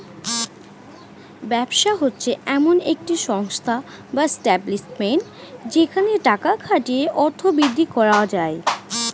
ব্যবসা হচ্ছে এমন একটি সংস্থা বা এস্টাব্লিশমেন্ট যেখানে টাকা খাটিয়ে অর্থ বৃদ্ধি করা যায়